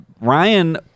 Ryan